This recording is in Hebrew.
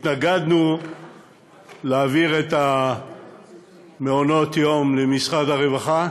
התנגדנו להעברת מעונות היום למשרד הרווחה,